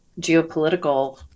geopolitical